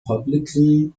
publicly